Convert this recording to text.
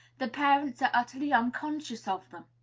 the parents are utterly unconscious of them.